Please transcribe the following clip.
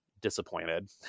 disappointed